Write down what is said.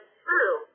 true